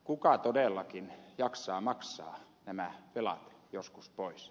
kuka todellakin jaksaa maksaa nämä velat joskus pois